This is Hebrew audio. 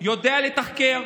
יודע לתחקר,